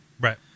Right